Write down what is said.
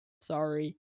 sorry